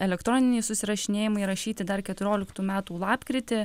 elektroniniai susirašinėjimai rašyti dar keturioliktų metų lapkritį